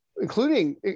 including